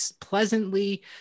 pleasantly